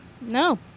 No